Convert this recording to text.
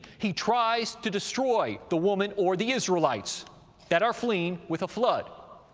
he tries to destroy the woman or the israelites that are fleeing with a flood,